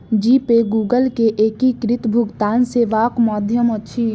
जी pay Google के एकीकृत भुगतान सेवाक माध्यम अछि